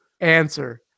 Answer